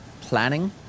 planning